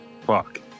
Fuck